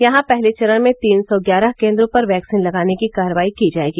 यहां पहले चरण में तीन सौ ग्यारह केन्द्रों पर वैक्सीन लगाने की कार्रवाई की जायेगी